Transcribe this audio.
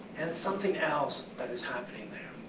and something else that is happening